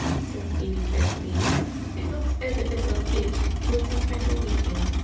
says phoebe tearfully it looks as if it was it with some kind of a wepping.